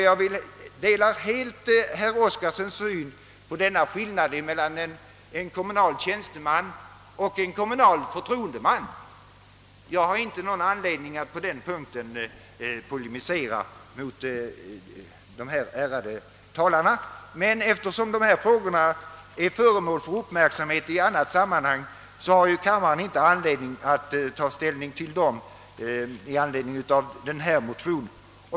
Jag delar helt herr Oskarsons syn på skillnaden mellan en kommunal tjänsteman och en kommunal förtroendeman, Jag har inte någon anledning att på den punkten polemisera mot dessa ärade talare, men eftersom dessa frågor är föremål för uppmärksamhet i annat sammanhang har kammaren inte anledning att ta ställning till dem i anledning av denna motion.